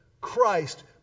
Christ